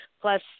plus